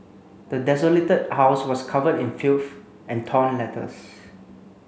the desolated house was covered in filth and torn letters